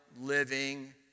living